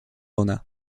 ona